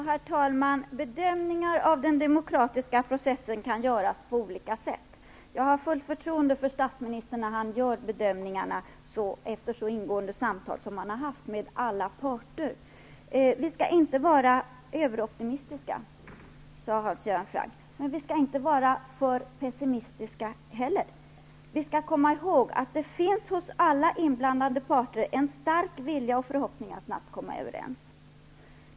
Herr talman! Bedömningar av den demokratiska processen kan göras på olika sätt. Jag har fullt förtroende för de bedömningar statsministern har gjort efter ingående samtal med alla parter. Vi skall inte vara överoptimistiska, sade Hans Göran Franck. Men vi skall inte vara för pessimistiska heller. Vi skall komma ihåg att det hos alla inblandade parter finns en stark vilja och förhoppning att snabbt komma överens.